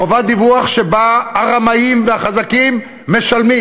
חובת דיווח שבה הרמאים והחזקים משלמים.